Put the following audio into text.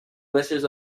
wishes